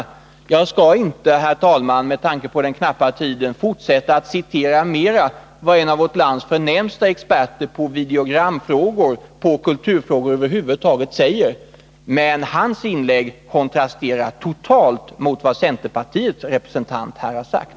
Jag skall, herr talman, med tanke på den knappa tiden inte fortsätta att citera mera av vad en av vårt lands främsta experter på videogramfrågor och kulturfrågor över huvud taget säger, men hans inlägg kontrasterar totalt mot vad centerpartiets representant här har sagt.